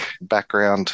background